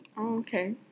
Okay